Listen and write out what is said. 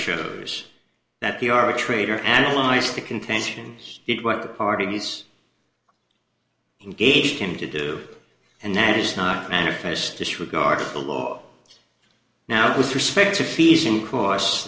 shows that the arbitrator analyzed the contentions did what the party he's engaged him to do and that is not manifest disregard the law now with respect to fees and costs